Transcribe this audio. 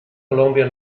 colombia